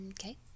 Okay